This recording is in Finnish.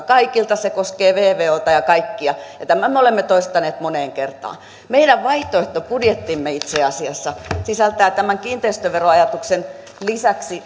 kaikilta se koskee vvota ja kaikkia ja tämän me olemme toistaneet moneen kertaan meidän vaihtoehtobudjettimme itse asiassa sisältää tämän kiinteistöveroajatuksen lisäksi